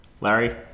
Larry